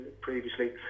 previously